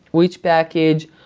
which package,